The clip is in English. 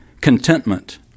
contentment